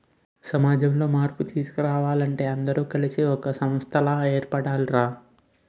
సమాజంలో మార్పు తీసుకురావాలంటే అందరూ కలిసి ఒక సంస్థలా ఏర్పడాలి రా